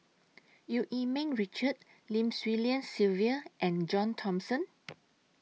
EU Yee Ming Richard Lim Swee Lian Sylvia and John Thomson